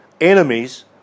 enemies